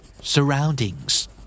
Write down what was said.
Surroundings